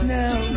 now